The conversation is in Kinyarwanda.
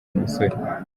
umusore